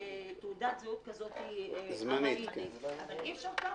תעודת זהות כזאת ארעית, אבל אי אפשר כך.